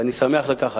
ואני שמח על כך,